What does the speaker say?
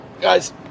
guys